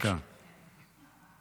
אתם מנהלים את השעות.